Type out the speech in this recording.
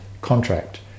contract